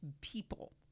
people